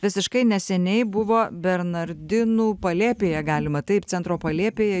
visiškai neseniai buvo bernardinų palėpėje galima taip centro palėpėje